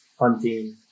hunting